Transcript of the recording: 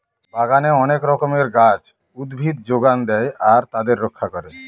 বাগানে অনেক রকমের গাছ, উদ্ভিদ যোগান দেয় আর তাদের রক্ষা করে